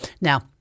Now